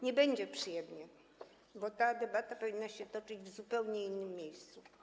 Nie będzie przyjemnie, bo ta debata powinna się toczyć w zupełnie innym miejscu.